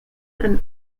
and